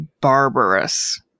barbarous